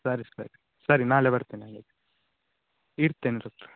ಸರಿ ಸರಿ ಸರಿ ನಾಳೆ ಬರ್ತೇನೆ ಸರ್ ಇಡ್ತೇನೆ